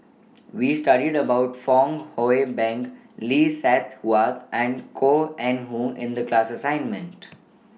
We studied about Fong Hoe Beng Lee Seng Huat and Koh Eng Hoon in The class assignment